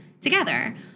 together